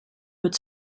but